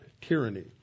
tyranny